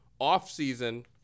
off-season